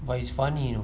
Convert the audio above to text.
but it's funny you know